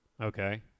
Okay